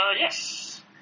Yes